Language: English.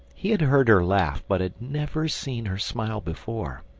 he had heard her laugh, but had never seen her smile before.